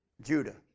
Judah